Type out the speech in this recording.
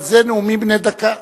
אבל זה נאומים בני דקה.